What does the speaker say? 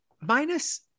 minus